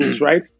right